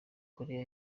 koreya